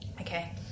Okay